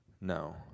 No